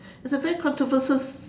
it's a very controversial